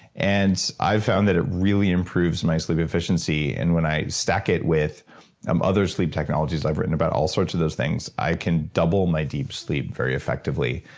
and i've found that it really improves my sleep efficiency, and when i stack it with um other sleep technologies i've written about, all sorts of those things, i can double my deep sleep very effectively.